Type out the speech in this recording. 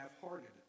half-hearted